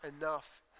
enough